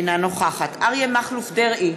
אינה נוכחת אריה מכלוף דרעי,